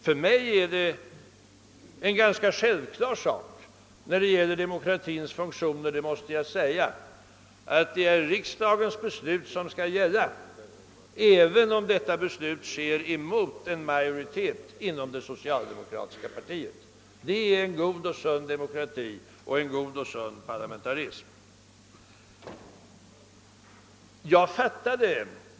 För mig är det ganska självklart att riksdagens beslut skall gälla, även om det fattats mot en majoritet i det socialdemokratiska partiet. Det är en god och sund demokrati och parlamentarism.